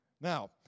Now